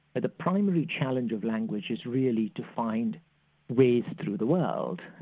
that the primary challenge of language is really defined ways through the world,